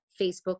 Facebook